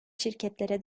şirketlere